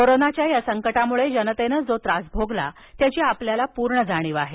कोरोनाच्या या संकटामुळे जनतेनं जो त्रास भोगला त्यांची आपल्याला पूर्ण जाणीव आहे